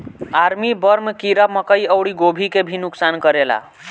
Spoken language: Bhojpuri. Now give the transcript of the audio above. आर्मी बर्म कीड़ा मकई अउरी गोभी के भी नुकसान करेला